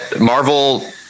marvel